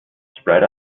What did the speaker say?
spread